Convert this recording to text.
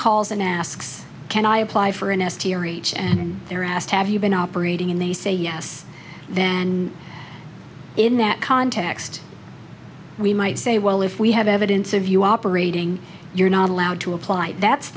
calls and asks can i apply for an s to reach and they're asked have you been operating in they say yes then in that context we might say well if we have evidence of you operating you're not allowed to apply that's